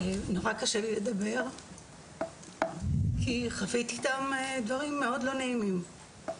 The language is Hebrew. נורא קשה לי לדבר כי חוויתי איתם דברים מאוד לא נעימים.